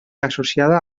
associada